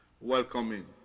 welcoming